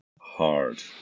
Hard